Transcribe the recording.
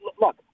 Look